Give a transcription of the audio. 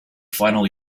final